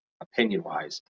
opinion-wise